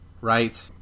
right